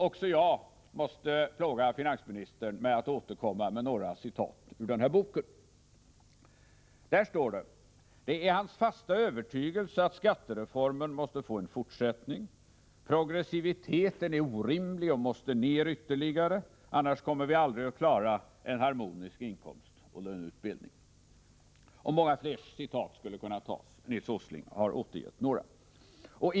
Också jag måste plåga finansministern med några citat ur boken. I den står att det är hans fasta övertygelse att skattereformen måste få en fortsättning, att progressiviteten är orimlig och måste ner ytterligare. Annars kommer vi aldrig att klara en harmonisk inkomstoch lönebildning. Nils Åsling har citerat andra avsnitt.